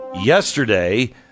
Yesterday